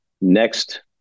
next